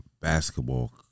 basketball